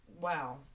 wow